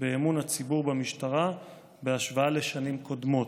באמון הציבור במשטרה בהשוואה לשנים קודמות.